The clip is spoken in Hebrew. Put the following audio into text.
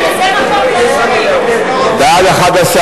חובת הפניה לוועדה המיוחדת ולוועדת